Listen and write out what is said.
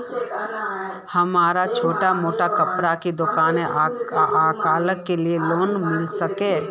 हमरा छोटो मोटा कपड़ा के दुकान है ओकरा लिए लोन मिलबे सके है?